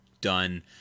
done